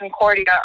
Concordia